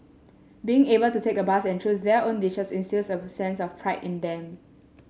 being able to take the bus and choose their own dishes instils a sense of pride in them